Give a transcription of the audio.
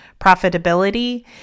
profitability